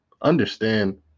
understand